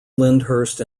lyndhurst